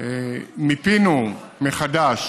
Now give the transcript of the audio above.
מיפינו מחדש